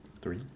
three